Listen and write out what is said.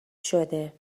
شده